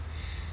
but then